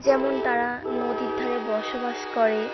যেমন তারা নদীর ধারে বসবাস করে